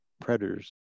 predators